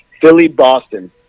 Philly-Boston